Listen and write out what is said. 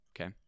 Okay